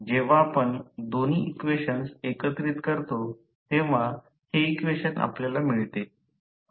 जेव्हा आपण दोन्ही इक्वेशन्स एकत्रित करतो तेव्हा हे इक्वेशन आपल्याला मिळते